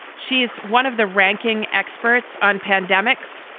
she's one of the ranking experts on pandemics.